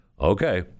okay